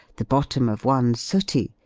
the bottom of one sooty,